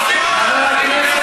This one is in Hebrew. קשה.